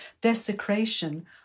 desecration